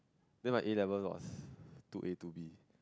then my A-levels was two A two B